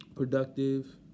productive